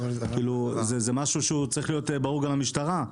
זה משהו שצריך להיות ברור גם למשטרה.